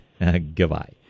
Goodbye